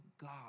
God